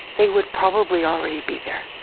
they would probably already be there.